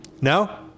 No